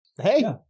Hey